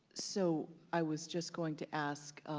so i was just going to ask